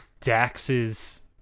Dax's